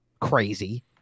crazy